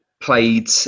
played